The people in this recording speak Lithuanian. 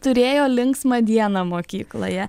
turėjo linksmą dieną mokykloje